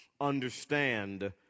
understand